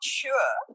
sure